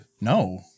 No